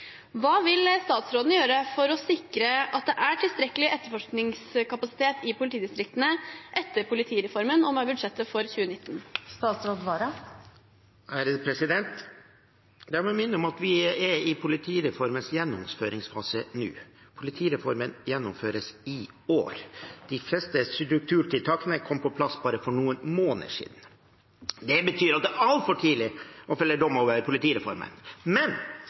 Hva vil statsråden gjøre for å sikre at det er tilstrekkelig etterforskningskapasitet i politidistriktene etter politireformen og med budsjettet for 2019? La meg minne om at vi er i politireformens gjennomføringsfase nå. Politireformen gjennomføres i år. De fleste strukturtiltakene kom på plass for bare noen måneder siden. Det betyr at det er altfor tidlig å felle dom over politireformen.